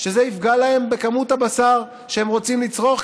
שזה יפגע להם בכמות הבשר שהם רוצים לצרוך,